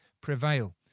prevail